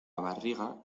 barriga